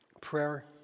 prayer